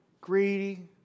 greedy